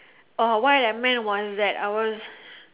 oh what I meant was that I was